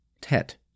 Tet